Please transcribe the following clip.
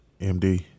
MD